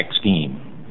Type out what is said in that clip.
scheme